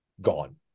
gone